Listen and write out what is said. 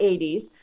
80s